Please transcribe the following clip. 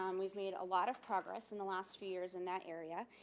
um we've made a lot of progress in the last few years in that area,